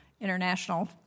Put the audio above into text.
international